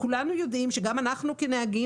כולנו יודעים שגם אנחנו כנהגים,